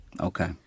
Okay